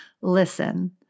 Listen